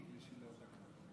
חבר הכנסת לא יציג במליאת הכנסת חפץ